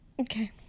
Okay